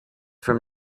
from